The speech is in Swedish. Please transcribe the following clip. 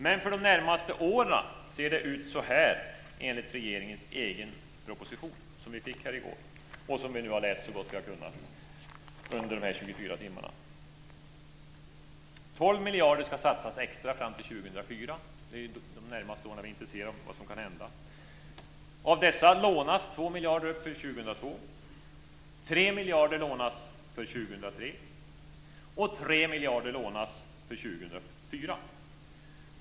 Men för de närmaste åren ser det ut så här enligt regeringens egen proposition, som vi fick i går och som vi nu har läst så gott vi har kunnat under 24 timmar: 12 miljarder ska satsas extra fram till 2004. Det är vad som kan hända de närmaste åren som vi är intresserade av. Av dessa lånas 2 miljarder för 2002, 3 2004.